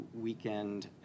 weekend